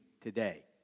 today